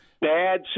bad